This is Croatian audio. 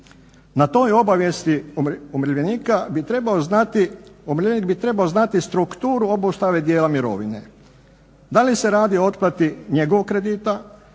Na toj obavijesti umirovljenik bi trebao znati strukturu obustave dijela mirovine, da li se radi o otplati njegovog kredita,